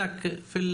בוקר טוב,